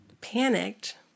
panicked